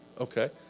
Okay